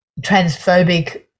transphobic